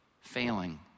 failing